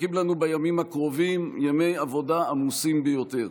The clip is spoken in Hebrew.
מחכים לנו בימים הקרובים ימי עבודה עמוסים ביותר.